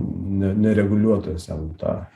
ne ne reguliuotojas ten tą